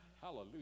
Hallelujah